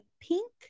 Pink